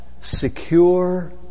secure